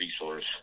resource